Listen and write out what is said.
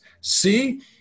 see